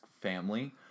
family